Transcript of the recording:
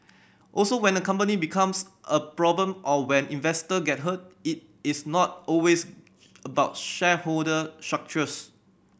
also when a company becomes a problem or when investor get hurt it is not always about shareholder structures